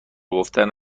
گفتن